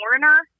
foreigner